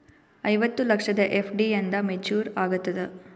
ಐವತ್ತು ಲಕ್ಷದ ಎಫ್.ಡಿ ಎಂದ ಮೇಚುರ್ ಆಗತದ?